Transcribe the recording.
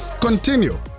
continue